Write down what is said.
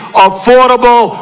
affordable